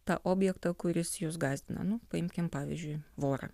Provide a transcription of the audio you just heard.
tą objektą kuris jus gąsdina nu paimkime pavyzdžiui vorą